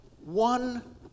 One